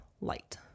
light